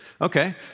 Okay